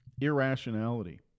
irrationality